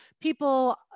People